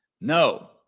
No